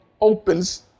opens